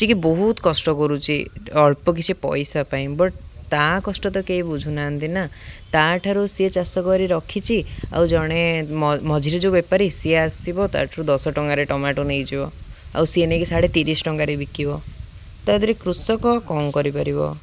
ଯିଏ କି ବହୁତ କଷ୍ଟ କରୁଛି ଅଳ୍ପ କିଛି ପଇସା ପାଇଁ ବଟ୍ ତା କଷ୍ଟ ତ କେହି ବୁଝୁନାହାନ୍ତି ନା ତା ଠାରୁ ସିଏ ଚାଷ କରି ରଖିଛି ଆଉ ଜଣେ ମଝିରେ ଯୋଉ ବେପାରୀ ସିଏ ଆସିବ ତାଠାରୁ ଦଶ ଟଙ୍କାରେ ଟମାଟୋ ନେଇଯିବ ଆଉ ସିଏ ନେଇକି ସାଢ଼େ ତିରିଶ ଟଙ୍କାରେ ବିକିବ ତା' ଦେହରେ କୃଷକ କ'ଣ କରିପାରିବ